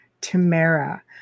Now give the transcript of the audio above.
Tamara